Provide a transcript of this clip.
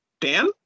Dan